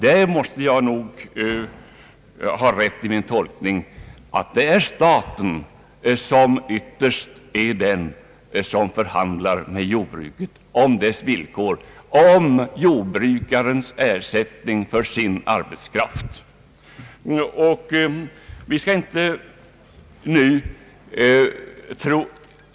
Jag måste nog ha rätt i min tolkning att det är staten som ytterst förhandlar med jordbruket om dess villkor, om jordbrukarens ersättning för sin arbetskraft.